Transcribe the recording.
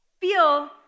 feel